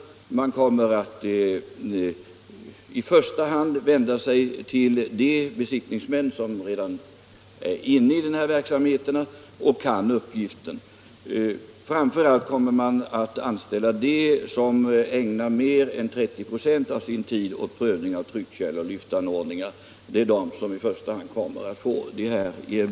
Man kommer i första hand att vända sig till de besiktningsmän som redan är inne i verksamheten och kan uppgiften. Främst kommer man att erbjuda anställning åt dem som ägnar mer än 30 96 av sin tid åt provning av tryckkärl och lyftanordningar.